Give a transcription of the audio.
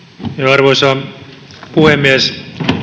arvoisa puhemies